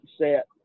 set